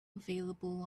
available